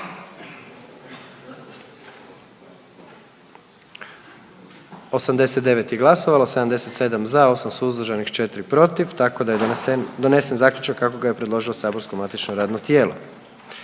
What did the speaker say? i zastupnika, 76 za, 11 protiv pa je donesen zaključak kako ga je predložilo saborsko matično radno tijelo.